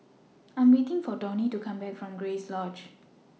I Am waiting For Donny to Come Back from Grace Lodge